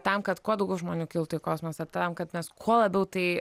tam kad kuo daugiau žmonių kiltų į kosmosą tam kad mes kuo labiau tai